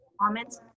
comments